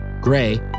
Gray